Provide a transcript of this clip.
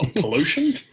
pollution